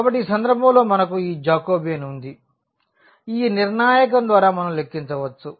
కాబట్టి ఈ సందర్భంలో మనకు ఈ జాకోబియన్ ఉంది ఈ నిర్ణాయకం ద్వారా మనం లెక్కించవచ్చు